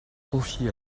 confié